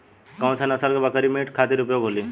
कौन से नसल क बकरी मीट खातिर उपयोग होली?